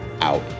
Out